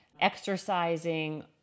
exercising